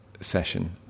session